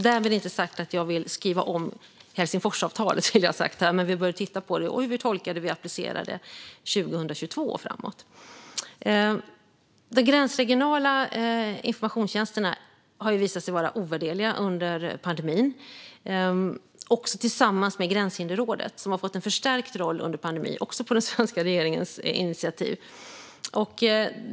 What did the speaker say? Därmed inte sagt att jag vill skriva om Helsingforsavtalet, men vi bör titta på det och se hur vi tolkar och applicerar det 2022 och framåt. De gränsregionala informationstjänsterna har visat sig vara ovärderliga under pandemin, också tillsammans med Gränshinderrådet, som har fått en förstärkt roll under pandemin på den svenska regeringens initiativ.